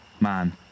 Man